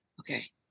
Okay